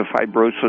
fibrosis